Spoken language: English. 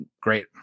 great